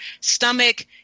stomach